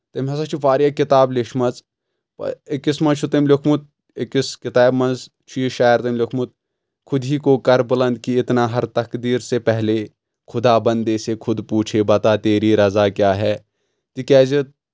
تٔمۍ ہسا چھِ واریاہ کِتاب لیچھمٕژ أکِس منٛز چھُ تٔمۍ لیوکھمُت أکِس کِتابہِ منٛز چھُ یہِ شاعر تٔمۍ لیوکھمُت خُد ہی کو کر بُلنٛد کہِ اتنا ہر تقدیٖر سے پہلے خدا بنٛدے سے خُد پوٗ بتہ تیری رزا کیٛاہ ہے تِکیازِ